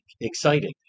exciting